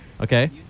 Okay